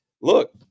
Look